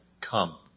come